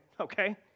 okay